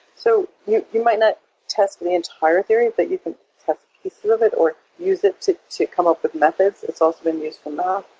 so you you might not test the entire theory, but you can test pieces sort of it or use it to to come up with methods. it's also been used for math.